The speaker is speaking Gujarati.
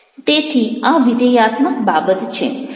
તેથી આ વિધેયાત્મક બાબત છે